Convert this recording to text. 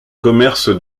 commerce